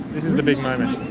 this is the big moment,